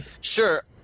Sure